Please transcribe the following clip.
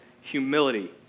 humility